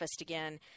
again